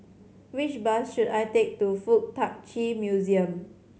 which bus should I take to Fuk Tak Chi Museum